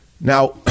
Now